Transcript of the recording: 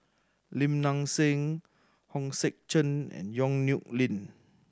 Lim Nang Seng Hong Sek Chern and Yong Nyuk Lin